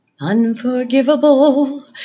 Unforgivable